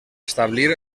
establir